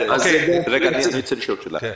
אני רוצה לשאול שאלה.